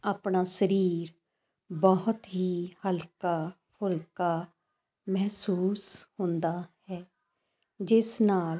ਆਪਣਾ ਸਰੀਰ ਬਹੁਤ ਹੀ ਹਲਕਾ ਫੁਲਕਾ ਮਹਿਸੂਸ ਹੁੰਦਾ ਹੈ ਜਿਸ ਨਾਲ